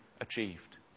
achieved